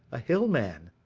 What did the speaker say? a hill man,